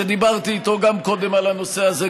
שדיברתי איתו גם קודם על הנושא הזה,